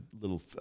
little